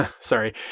Sorry